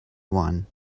one